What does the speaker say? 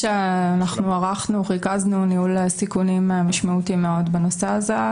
אנחנו ערכנו וריכזנו ניהול סיכונים משמעותי מאוד בנושא הזה,